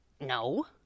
No